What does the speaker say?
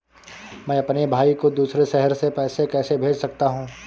मैं अपने भाई को दूसरे शहर से पैसे कैसे भेज सकता हूँ?